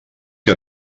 que